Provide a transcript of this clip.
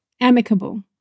amicable